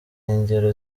ingero